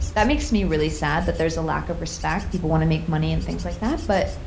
that makes me really sad that there's a lack of respect. people want to make money and things like that, but,